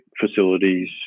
facilities